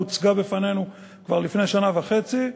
והוצגה בפנינו כבר לפני שנה וחצי,